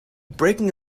breaking